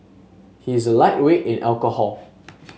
he is a lightweight in alcohol